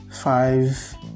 five